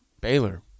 Baylor